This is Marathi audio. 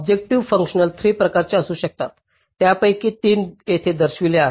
तर ऑब्जेक्टिव्ह फंक्शन 3 प्रकारचे असू शकतात त्यापैकी 3 येथे दर्शविले आहेत